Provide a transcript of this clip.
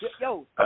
Yo